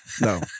No